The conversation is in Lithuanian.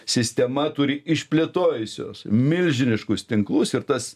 sistema turi išplėtojusios milžiniškus tinklus ir tas